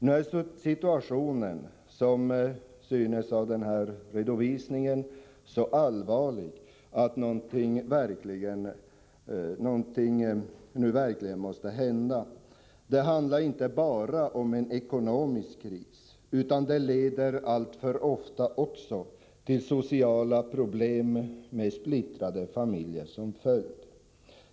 Nu är situationen, som synes av denna redovisning, så allvarlig att någonting verkligen måste hända. Det handlar inte bara om en ekonomisk kris, utan dessa förhållanden leder alltför ofta också till sociala problem med splittrade familjer som följd.